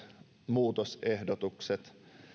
muutosehdotukset